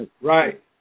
Right